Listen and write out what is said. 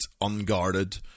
unguarded